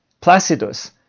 Placidus